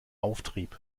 auftrieb